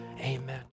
amen